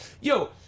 yo